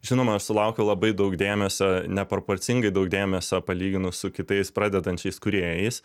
žinoma aš sulaukiu labai daug dėmesio neproporcingai daug dėmesio palyginus su kitais pradedančiais kūrėjais